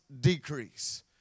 decrease